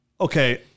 Okay